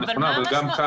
אבל גם כאן,